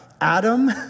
Adam